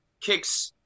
kicks –